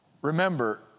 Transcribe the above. remember